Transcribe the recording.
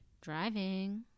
driving